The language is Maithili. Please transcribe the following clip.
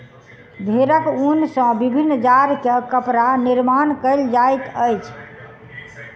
भेड़क ऊन सॅ विभिन्न जाड़ के कपड़ा निर्माण कयल जाइत अछि